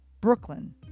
Brooklyn